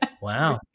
Wow